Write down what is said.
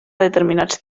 determinats